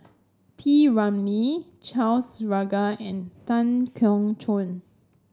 P Ramlee Charles Paglar and Tan Keong Choon